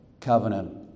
covenant